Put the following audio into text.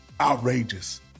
outrageous